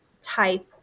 type